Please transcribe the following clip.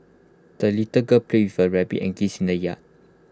the little girl played with her rabbit and geese in the yard